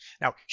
Now